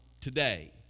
today